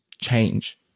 change